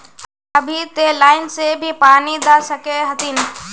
अभी ते लाइन से भी पानी दा सके हथीन?